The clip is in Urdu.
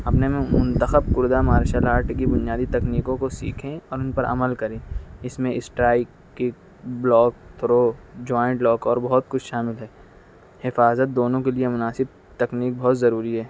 اپنے منتخب کردہ مارشل آرٹ کی بنیادی تکنیکوں کو سیکھیں اور ان پر عمل کریں اس میں strike kick block throw joint lock اور بہت کچھ شامل ہے حفاظت دونوں کے لیے مناسب تکنیک بہت ضروری ہے